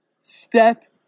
Step